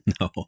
No